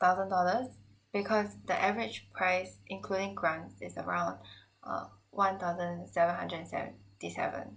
thousand dollars because the average price including grant is around uh one thousand seven hundred and seventy seven